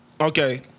Okay